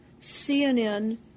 CNN